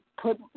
put